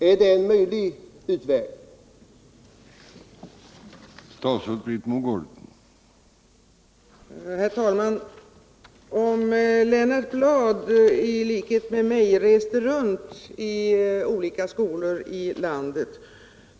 Är det en möjlig utveckling?